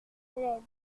laides